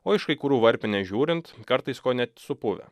o iš kai kurų varpinės žiūrint kartais konet supuvę